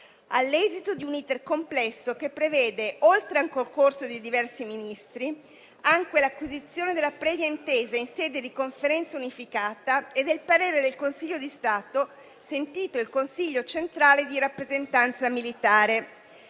all'esito di un *iter* complesso che prevede oltre al concorso di diversi Ministri, anche l'acquisizione della previa intesa in sede di conferenza unificata e del parere del Consiglio di Stato, sentito il Consiglio centrale di rappresentanza militare.